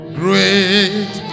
great